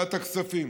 לוועדת הכספים.